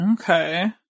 Okay